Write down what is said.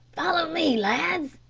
follow me, lads!